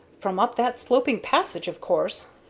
from up that sloping passage, of course,